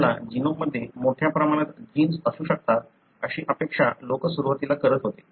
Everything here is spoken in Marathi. आपल्या जीनोममध्ये मोठ्या प्रमाणात जीन्स असू शकतात अशी अपेक्षा लोक सुरुवातीला करत होते